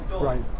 Right